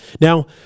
Now